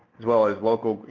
as well as local, you